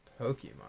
Pokemon